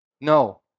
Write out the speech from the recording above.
No